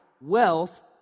wealth